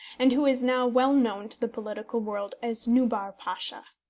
and who is now well known to the political world as nubar pasha.